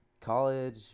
College